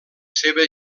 seva